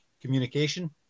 communication